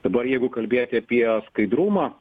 dabar jeigu kalbėti apie skaidrumą